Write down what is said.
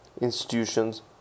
institutions